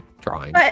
drawing